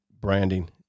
branding